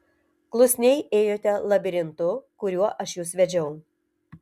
klusniai ėjote labirintu kuriuo aš jus vedžiau